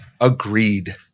Agreed